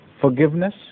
forgiveness